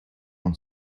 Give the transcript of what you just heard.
own